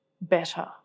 better